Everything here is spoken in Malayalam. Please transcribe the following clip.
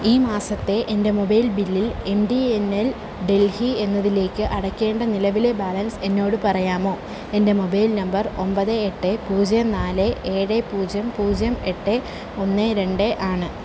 ഈ മാസത്തെ എൻ്റെ മൊബൈൽ ബില്ലിൽ M T N L Delhi എന്നതിലേക്ക് അടയ്ക്കേണ്ട നിലവിലെ ബാലൻസ് എന്നോട് പറയാമോ എൻ്റെ മൊബൈൽ നമ്പർ ഒൻപത് എട്ട് പൂജ്യം നാല് ഏഴ് പൂജ്യം പൂജ്യം എട്ട് ഒന്ന് രണ്ട് ആണ്